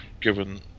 given